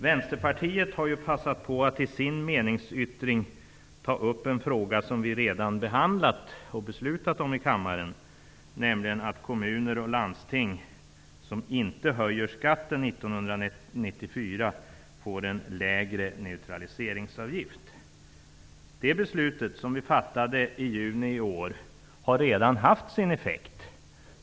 Vänsterpartiet har passat på att i sin meningsyttring ta upp en fråga som vi redan behandlat och beslutat om i kammaren, nämligen att de kommuner och landsting som inte höjer skatten får en lägre neutraliseringsavgift. Det beslutet, som vi fattade i juni i år, har redan haft sin effekt.